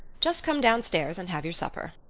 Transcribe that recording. just come downstairs and have your supper.